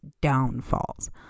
downfalls